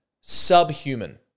subhuman